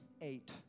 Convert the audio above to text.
eight